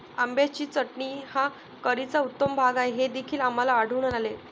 आंब्याची चटणी हा करीचा उत्तम भाग आहे हे देखील आम्हाला आढळून आले